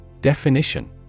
Definition